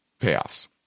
payoffs